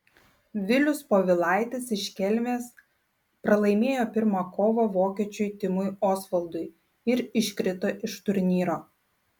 vilius povilaitis iš kelmės pralaimėjo pirmą kovą vokiečiui timui osvaldui ir iškrito iš turnyro